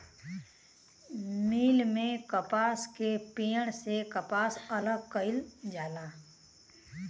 मिल में कपास के पेड़ से कपास अलग कईल जाला